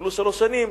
וקיבלו שלוש שנים,